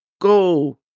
go